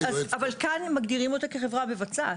אבל כאן מגדירים אותה כחברה מבצעת.